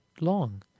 long